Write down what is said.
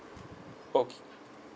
okay